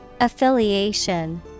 Affiliation